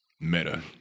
Meta